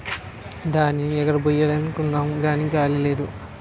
ధాన్యేమ్ ఎగరబొయ్యాలనుకుంటున్నాము గాని గాలి లేదు